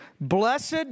Blessed